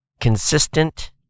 consistent